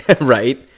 Right